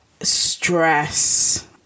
stress